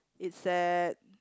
it's that